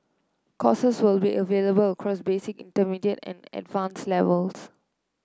courses will be available across basic intermediate and advanced levels